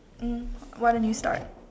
mm why don't you start